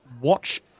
watch